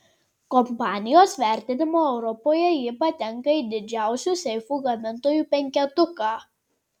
kompanijos vertinimu europoje ji patenka į didžiausių seifų gamintojų penketuką